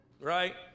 Right